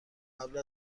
قبل